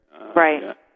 Right